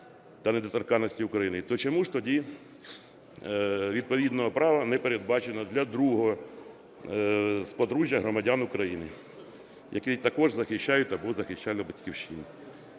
та недоторканності України, то чому ж тоді відповідного права не передбачено для другого з подружжя громадян України, які також захищають або захищали Батьківщину?